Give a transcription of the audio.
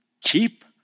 keep